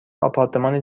آپارتمان